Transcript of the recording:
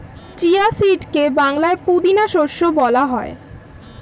chia সিডকে বাংলায় পুদিনা শস্য বলা হয়